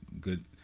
good